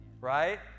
right